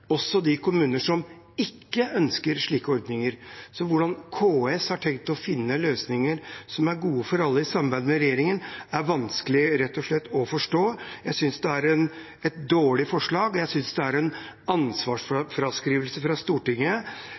også de kommuner som ikke ønsker slike ordninger. Så hvordan KS i samarbeid med regjeringen har tenkt å finne løsninger som er gode for alle, er rett og slett vanskelig å forstå. Jeg synes det er et dårlig forslag. Jeg synes det er en ansvarsfraskrivelse fra